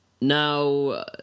now